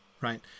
Right